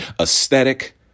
aesthetic